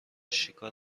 شکار